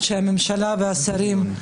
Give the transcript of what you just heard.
ראש הממשלה אאוט.